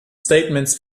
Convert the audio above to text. statements